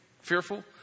fearful